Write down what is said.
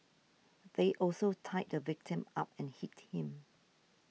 they also tied the victim up and hit him